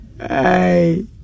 Hey